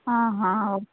आं हां आं ओ